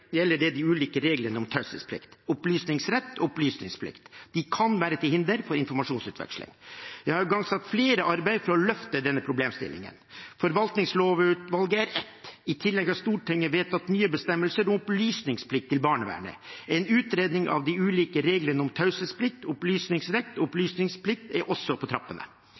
gjelder det de ulike reglene om taushetsplikt, opplysningsrett og opplysningsplikt. De kan være til hinder for informasjonsutveksling. Jeg har igangsatt flere arbeider for å løfte denne problemstillingen. Forvaltningslovutvalget er ett. I tillegg har Stortinget vedtatt nye bestemmelser om opplysningsplikt til barnevernet. En utredning av de ulike reglene om taushetsplikt, opplysningsrett og opplysningsplikt er også på trappene.